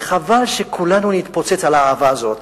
וחבל שכולנו נתפוצץ על האהבה הזאת.